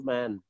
Man